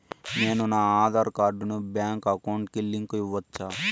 నేను నా ఆధార్ కార్డును బ్యాంకు అకౌంట్ కి లింకు ఇవ్వొచ్చా?